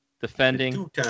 defending